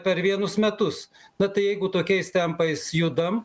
per vienus metus bet tai jeigu tokiais tempais judam